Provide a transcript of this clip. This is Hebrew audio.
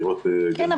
כן,